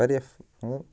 واریاہ فٲ مطلب